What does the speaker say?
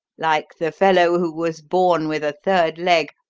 like the fellow who was born with a third leg,